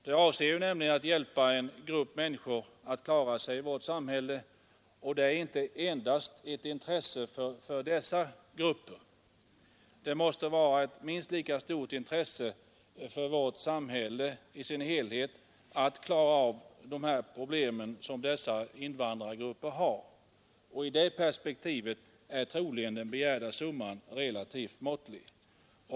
Det avser att hjälpa en grupp människor att klara sig i vårt samhälle, och det är inte endast ett intresse för dessa människor. Det måste vara ett minst lika stort intresse för samhället i dess helhet att klara av de problem dessa invandrargrupper har. I det perspektivet är troligen den begärda summan relativt måttlig.